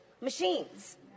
machines